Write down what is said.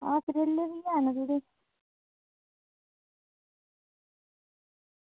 आं करेले बी हैन थोह्ड़े